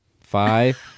Five